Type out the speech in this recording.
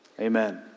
Amen